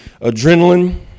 adrenaline